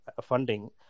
funding